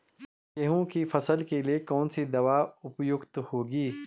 गेहूँ की फसल के लिए कौन सी कीटनाशक दवा उपयुक्त होगी?